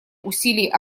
усилий